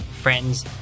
friends